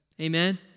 Amen